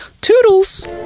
Toodles